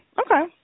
okay